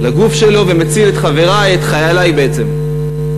לגוף שלו ומציל את חברי, את חיילי בעצם.